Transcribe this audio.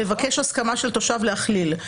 לבקש הסכמה של תושב להכליל.